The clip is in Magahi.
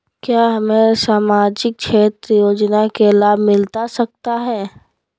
क्या हमें सामाजिक क्षेत्र योजना के लाभ मिलता सकता है?